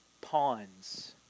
pawns